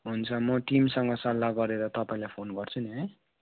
हुन्छ म टिमसँग सल्लाह गरेर तपाईँलाई फोन गर्छु नि है